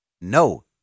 No